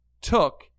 took